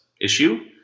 issue